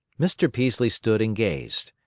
mr. peaslee stood and gazed.